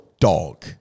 dog